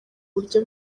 buryo